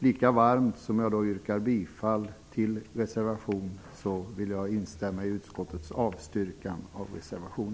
Lika varmt som jag yrkar bifall till reservation 2 vill jag instämma i utskottets avstyrkan av reservation